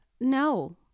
no